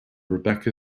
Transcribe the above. rebecca